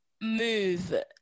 move